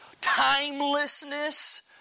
timelessness